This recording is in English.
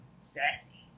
Sassy